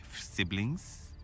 siblings